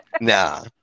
No